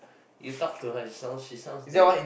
you talk to her she sounds she sounds damn